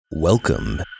Welcome